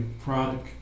product